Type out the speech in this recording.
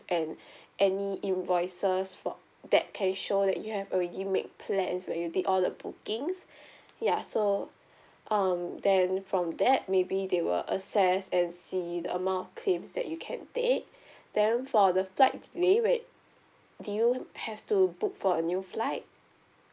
and any invoices for that can show that you have already make plans where you did all the bookings ya so um then from that maybe they will assess and see the amount of claims that you can take then for the flight delay wait do you have to book for a new flight